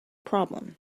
problem